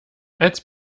als